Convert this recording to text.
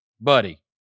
buddy